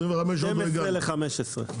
2012 ל-2015.